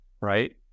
right